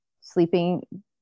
sleeping